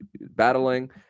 battling